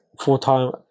full-time